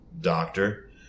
doctor